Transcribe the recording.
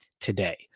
today